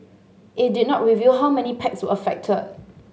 it did not reveal how many packs were affected